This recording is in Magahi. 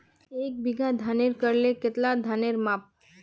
एक बीघा धानेर करले कतला धानेर पाम?